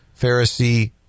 Pharisee